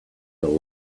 till